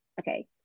okay